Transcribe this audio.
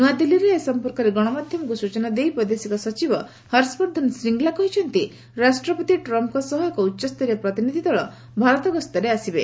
ନୂଆଦିଲ୍ଲୀରେ ଏ ସମ୍ପର୍କରେ ଗଣମାଧ୍ୟମକୁ ସୂଚନା ଦେଇ ବୈଦେଶିକ ସଚିବ ହର୍ଷବର୍ଦ୍ଧନ ଶ୍ରୀଙ୍ଗଲା କହିଛନ୍ତି ଯେ ରାଷ୍ଟ୍ରପତି ଟ୍ରମ୍ପ୍ଙ୍କ ସହ ଏକ ଉଚ୍ଚସରୀୟ ପ୍ରତିନିଧି ଦଳ ଭାରତ ଗସ୍ତରେ ଆସିବେ